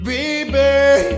Baby